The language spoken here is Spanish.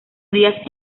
frías